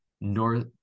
North